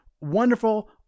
wonderful